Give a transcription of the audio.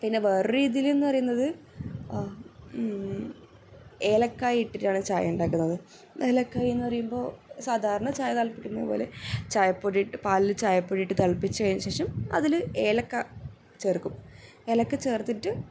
പിന്നെ വേറൊരു രീതിയിലെന്ന് പറയുന്നത് ഏലക്കായ് ഇട്ടിട്ടാണ് ചായ ഉണ്ടാക്കുന്നത് ഏലക്കായെന്ന് പറയുമ്പോൾ സാധാരണ ചായ തിളപ്പിക്കുന്നത് പോലെ ചായപ്പൊടി ഇട്ട് പാലിൽ ചായപ്പൊടി ഇട്ട് തിളപ്പിച്ച് കഴിഞ്ഞതിന് ശേഷം അതിൽ ഏലക്കായ ചേർക്കും ഏലക്കായ ചേർത്തിട്ട്